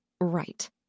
Right